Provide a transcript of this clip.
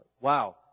Wow